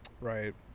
Right